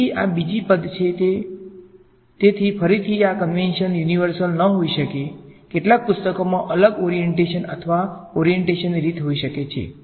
તેથી આ બીજી પદ છે તેથી ફરીથી આ કંવેંશન યુનીવર્સલ ન હોઈ શકે કેટલાક પુસ્તકોમાં અલગ ઓરીએંટેશન અથવા ઓરીએંટેશન ની રીત હોઈ શકે છે